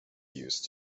use